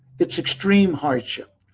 it is extreme hardship.